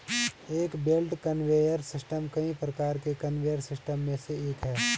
एक belt conveyor system कई प्रकार के कन्वेयर सिस्टम में से एक है